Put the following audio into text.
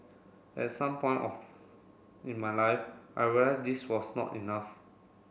at some point of in my life I realised this was not enough